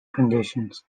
conditions